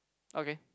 okay